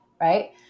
right